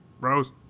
Rose